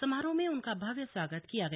समारोह में उनका भव्य स्वागत किया गया